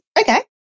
Okay